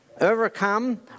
overcome